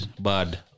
bad